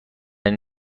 این